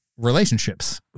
Relationships